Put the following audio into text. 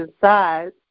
size